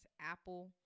Apple